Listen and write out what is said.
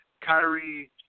Kyrie